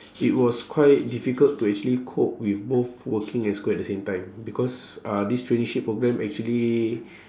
it was quite difficult to actually cope with both working and school at the same time because uh this traineeship programme actually